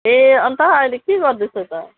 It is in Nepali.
ए अन्त अहिले के गर्दैछ त